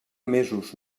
mesos